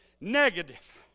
negative